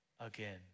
again